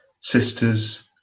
sisters